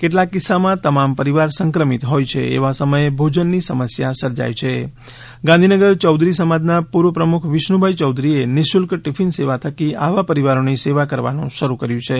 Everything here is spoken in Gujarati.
કેટલાક કિસ્સામાં તમામ પરીવાર સંક્રમિત હોય છે એવા સમયે ભોજનની સમસ્યા સર્જાય છે ગાંધીનગર યૌધરી સમાજના પૂર્વ પ્રમુખ વિષ્ણુભાઈ ચૌધરીએ નિઃશુલ્ક ટિફીન સેવા થકી આવા પરીવારોની સેવા કરવાનું શરૂ કર્યું છે